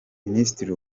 minisitiri